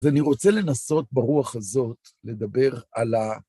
אז אני רוצה לנסות ברוח הזאת לדבר על ה...